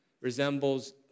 resembles